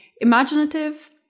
imaginative